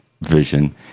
vision